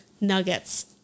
nuggets